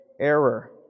error